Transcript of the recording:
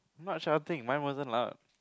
not shouting mine wasn't loud